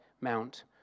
Mount